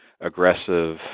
aggressive